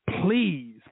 please